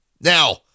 Now